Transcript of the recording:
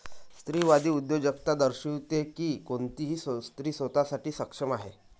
स्त्रीवादी उद्योजकता दर्शविते की कोणतीही स्त्री स्वतः साठी सक्षम आहे